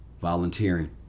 Volunteering